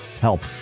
help